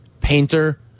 Painter